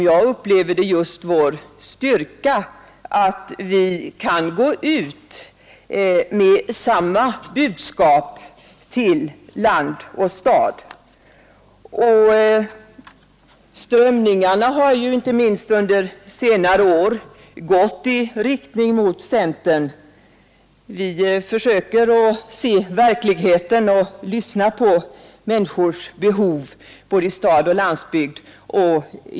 Jag upplever det som vår styrka att vi kan gå ut med samma budskap till land och stad. Strömningarna har, inte minst under senare år, gått mot centern. Vi försöker se verkligheten och lyssna till människornas behov — både i stad och på landsbygd.